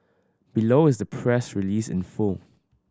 below is the press release in full